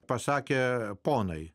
pasakę ponai